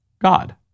God